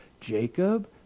Jacob